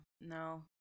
no